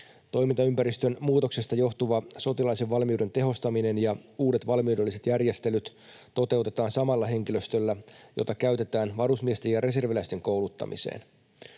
Toimintaympäristön muutoksesta johtuva sotilaallisen valmiuden tehostaminen ja uudet valmiudelliset järjestelyt toteutetaan samalla henkilöstöllä, jota käytetään varusmiesten ja reserviläisten kouluttamiseen.